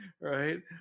Right